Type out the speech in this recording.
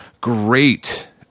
great